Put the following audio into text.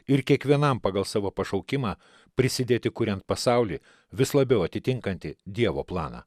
ir kiekvienam pagal savo pašaukimą prisidėti kuriant pasaulį vis labiau atitinkantį dievo planą